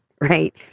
Right